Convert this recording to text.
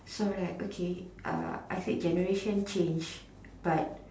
so like okay I generation change but